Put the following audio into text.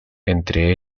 entre